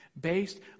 based